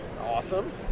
awesome